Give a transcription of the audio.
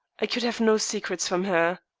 i could have no secrets from her.